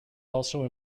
also